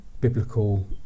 biblical